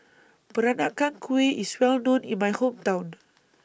Peranakan Kueh IS Well known in My Hometown